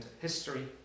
history